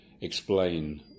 explain